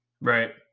Right